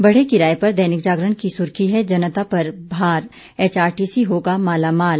बढ़े किराए पर दैनिक जागरण की सुर्खी है जनता पर भार एचआरटीसी होगा मालामाल